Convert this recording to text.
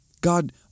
God